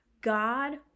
God